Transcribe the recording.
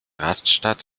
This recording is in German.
rastatt